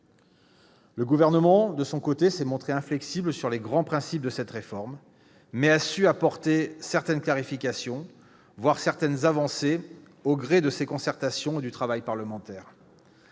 Le Gouvernement, de son côté, s'est montré inflexible sur les grands principes de cette réforme, mais a su apporter certaines clarifications, voire accepter certaines avancées, au gré des concertations qu'il a menées et du travail parlementaire.